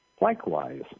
Likewise